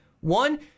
One